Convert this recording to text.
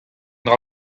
dra